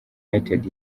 united